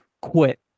quit